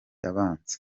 abanza